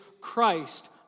Christ